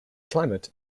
climate